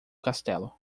castelo